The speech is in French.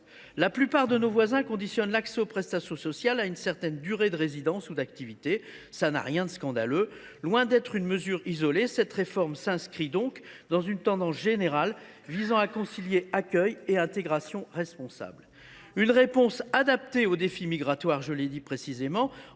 La plupart de nos voisins conditionnent l’accès aux prestations sociales à une certaine durée de résidence ou d’activité : cela n’a rien de scandaleux. Loin d’être une mesure isolée, cette réforme s’inscrit donc dans une tendance générale visant à concilier accueil et intégration responsable. Bravo ! Comme je l’ai souligné précédemment,